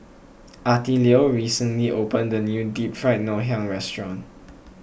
Attilio recently opened a new Deep Fried Ngoh Hiang restaurant